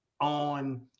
on